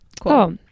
cool